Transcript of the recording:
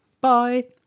Bye